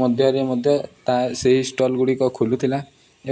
ମଧ୍ୟରେ ମଧ୍ୟ ତା' ସେହି ଷ୍ଟଲ୍ ଗୁଡ଼ିକ ଖୋଲୁଥିଲା